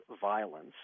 violence